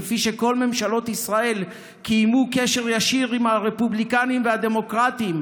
כפי שכל ממשלות ישראל קיימו קשר ישיר עם הרפובליקנים והדמוקרטים,